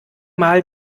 mal